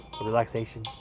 relaxation